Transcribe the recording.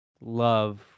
love